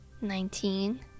nineteen